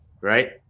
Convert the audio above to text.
right